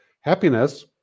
happiness